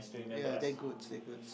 ya that good that goods